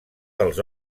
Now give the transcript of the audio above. dels